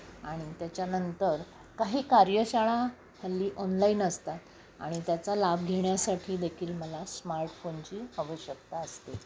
आणि त्याच्यानंतर काही कार्यशाळा हल्ली ऑनलाईन असतात आणि त्याचा लाभ घेण्यासाठी देखील मला स्मार्टफोनची आवश्यकता असते